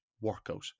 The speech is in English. workout